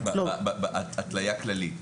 התלייה כללית.